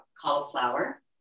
cauliflower